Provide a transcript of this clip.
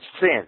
sin